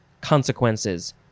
consequences